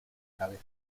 cabeza